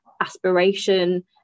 aspiration